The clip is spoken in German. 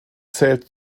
zählt